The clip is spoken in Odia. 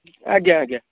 ଆଜ୍ଞା ଆଜ୍ଞା